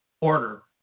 order